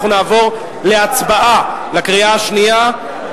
אנחנו נעבור להצבעה בקריאה שנייה,